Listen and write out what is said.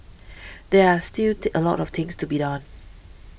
there are still the a lot of things to be done